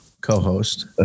co-host